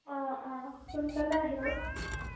অঁ অঁ সোনকালে আহিব